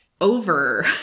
over